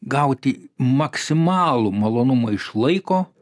gauti maksimalų malonumą iš laiko